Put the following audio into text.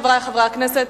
חברי חברי הכנסת,